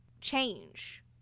change